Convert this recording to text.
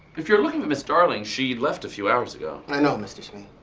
if you're looking for miss darling, she left a few hours ago. i know, mr. smee.